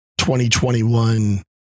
2021